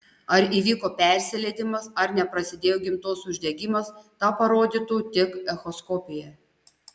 ar įvyko persileidimas ar neprasidėjo gimdos uždegimas tą parodytų tik echoskopija